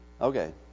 Okay